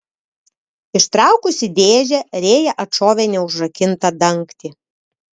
ištraukusi dėžę rėja atšovė neužrakintą dangtį